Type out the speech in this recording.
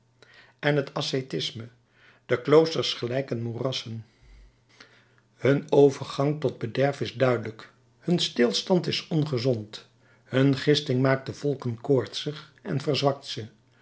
en het ascetisme de kloosters gelijken moerassen hun overgang tot bederf is duidelijk hun stilstand is ongezond hun gisting maakt de volken koortsig en verzwakt ze